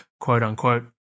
quote-unquote